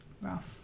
rough